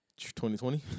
2020